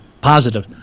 Positive